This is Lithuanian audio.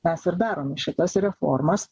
mes ir darome šitas reformas